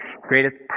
greatest